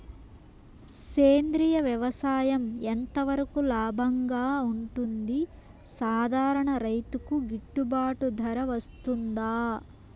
సేంద్రియ వ్యవసాయం ఎంత వరకు లాభంగా ఉంటుంది, సాధారణ రైతుకు గిట్టుబాటు ధర వస్తుందా?